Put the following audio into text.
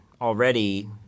already